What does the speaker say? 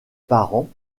parents